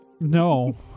No